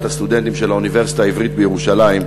הסטודנטים של האוניברסיטה העברית בירושלים,